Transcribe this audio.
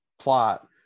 plot